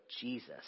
Jesus